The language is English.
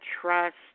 trust